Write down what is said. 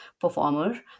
performer